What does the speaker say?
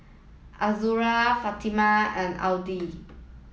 Azura Fatimah and Aidil